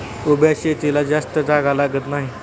उभ्या शेतीला जास्त जागा लागत नाही